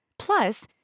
Plus